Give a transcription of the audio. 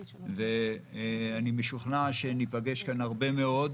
אני משוכנע שניפגש כאן הרבה מאוד,